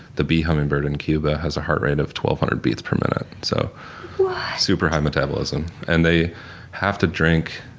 the bee hummingbird in cuba, has a heart rate of twelve hundred beats per minute, so super high metabolism, and they have to drink